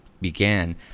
began